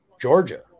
Georgia